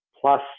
plus